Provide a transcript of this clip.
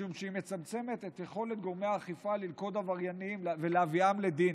משום שהיא מצמצמת את יכולת גורמי האכיפה ללכוד עבריינים ולהביאם לדין.